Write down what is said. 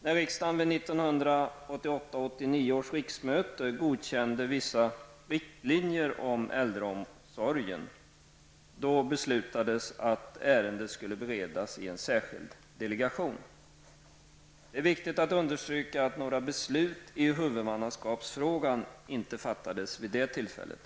När riksdagen under 1988/89 års riksmöte godkände vissa riktlinjer för äldreomsorgen beslutades att ärendet skulle beredas i en särskild delegation. Det är viktigt att understryka att några beslut i huvudmannaskapsfrågan inte fattades vid det tillfället.